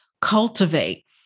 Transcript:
cultivate